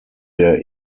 der